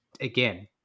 again